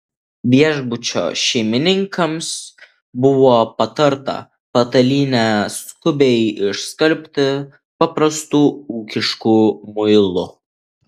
viešbučio šeimininkams buvo patarta patalynę skubiai išskalbti paprastu ūkišku muilu